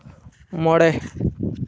ᱢᱚᱬᱮ